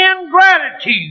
ingratitude